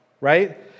right